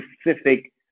specific